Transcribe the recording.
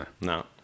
no